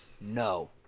No